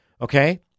Okay